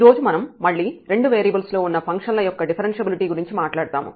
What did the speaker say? ఈ రోజు మనం మళ్ళీ రెండు వేరియబుల్స్ లో ఉన్న ఫంక్షన్ల యొక్క డిఫరెన్ష్యబిలిటీ గురించి మాట్లాడతాము